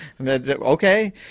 okay